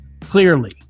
clearly